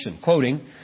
quoting